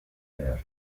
geehrt